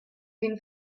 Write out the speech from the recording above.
been